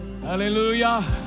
Hallelujah